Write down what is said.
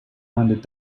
handed